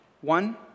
One